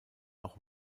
auch